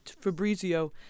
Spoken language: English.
Fabrizio